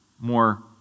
more